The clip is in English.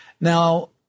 Now